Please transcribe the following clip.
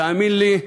תאמין לי,